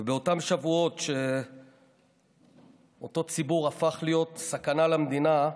ובאותם שבועות שאותו ציבור הפך להיות סכנה למדינה,